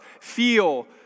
feel